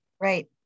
Right